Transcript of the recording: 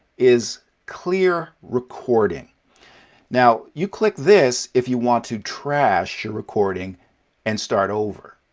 is clear recording now, you click this if you want to trash your recording and start over.